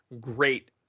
great